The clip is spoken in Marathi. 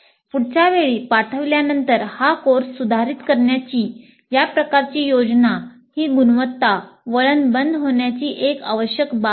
पुढच्या वेळी पाठवल्यानंतर हा कोर्स सुधारित करण्याची या प्रकारची योजना ही गुणवत्ता वळण बंद होण्याची एक अत्यावश्यक बाब आहे